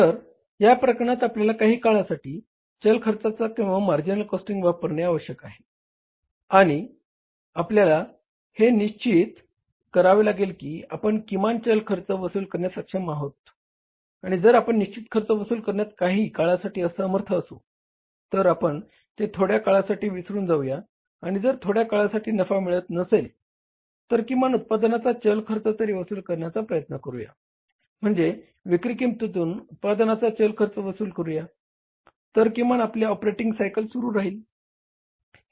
तर या प्रकरणात आपल्याला काही काळासाठी चल खर्चाचा किंवा मार्जिनल कॉस्टिंग वापरणे आवश्यक आहे आणि आपल्याला हे निश्चित करावे लागेल की आपण किमान चल खर्च वसूल करण्यास सक्षम आहोत आणि जर आपण निश्चित खर्च वसूल करण्यात काही काळासाठी असमर्थ असू तर आपण ते थोड्या काळासाठी विसरून जाऊया आणि जर थोड्या काळासाठी नफा मिळत नसेल तर किमान उत्पादनाचा चल खर्च तरी वसूल करण्याचा प्रयत्न करूया म्हणजेच विक्री किंमतीतून उत्पादनाचा चल खर्च वसूल करूया तर किमान आपले ऑपरेटिंग सायकल सुरू राहील